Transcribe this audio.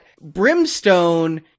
Brimstone